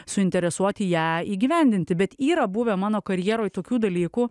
suinteresuoti ją įgyvendinti bet yra buvę mano karjeroj tokių dalykų